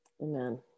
Amen